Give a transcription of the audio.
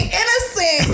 innocent